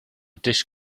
dish